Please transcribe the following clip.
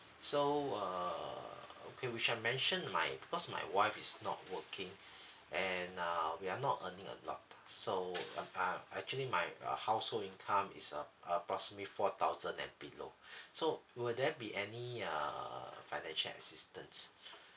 so err okay which I mention my because my wife is not working and uh we are not earning a lot so um uh actually my uh household income is ap~ approximately four thousand and below so will there be any err financial assistance